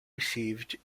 received